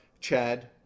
Chad